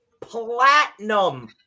Platinum